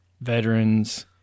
veterans